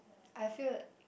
I feel